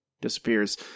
disappears